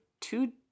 two